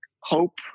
hope